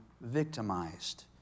victimized